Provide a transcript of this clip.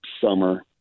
summer